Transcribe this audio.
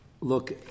look